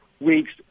weeks